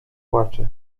płacze